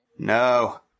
No